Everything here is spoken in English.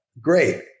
great